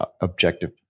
objective